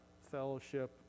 fellowship